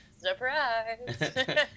Surprise